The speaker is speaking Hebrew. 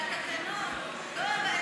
שהתקנון לא,